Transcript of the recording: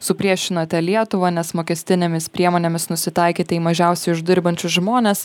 supriešinate lietuvą nes mokestinėmis priemonėmis nusitaikyta į mažiausiai uždirbančius žmones